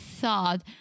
thought